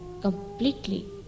completely